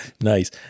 Nice